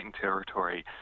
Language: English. territory